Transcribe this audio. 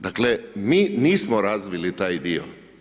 Dakle, mi nismo razvili taj dio.